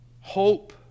Hope